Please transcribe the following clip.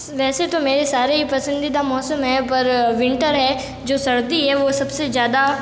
वैसे तो मेरे सारे ही पसंदीदा मौसम हैं पर विंटर है जो सर्दी है वह सबसे ज़्यादा प्रिय है